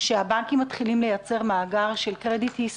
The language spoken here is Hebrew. שהבנקים מתחילים לייצר מאגר של credit history